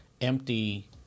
empty